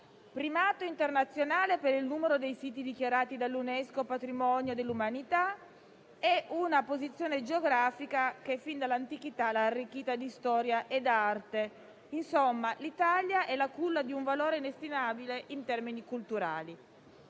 primato internazionale per il numero dei siti dichiarati dall'UNESCO patrimonio dell'umanità e una posizione geografica che fin dall'antichità ha arricchito il nostro Paese di storia e di arte. Insomma l'Italia è la culla di un valore inestimabile in termini culturali.